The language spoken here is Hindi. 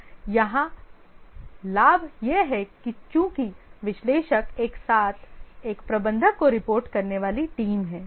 यहाँ लाभ यह है कि चूंकि विश्लेषक एक साथ एक प्रबंधक को रिपोर्ट करने वाली टीम हैं